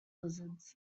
lizards